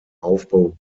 aufbau